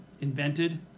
invented